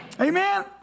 Amen